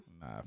Nah